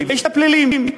ויש הפליליים.